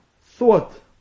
thought